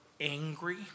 angry